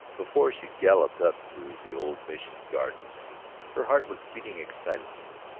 before she galloped up to the old mission garden her heart was beating excitedly,